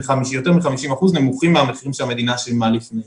ביותר מ-50% נמוכים מהמחירים שהמדינה שילמה לפני.